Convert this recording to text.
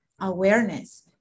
awareness